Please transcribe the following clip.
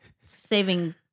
Saving